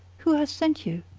who has sent you?